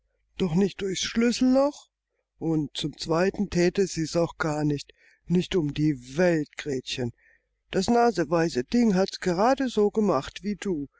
doch nicht durchs schlüsselloch und zum zweiten thäte sie's auch gar nicht nicht um die welt gretchen das naseweise ding hat's gerade so gemacht wie du